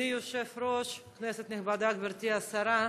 אדוני היושב-ראש, כנסת נכבדה, גברתי השרה,